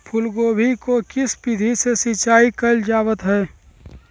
फूलगोभी को किस विधि से सिंचाई कईल जावत हैं?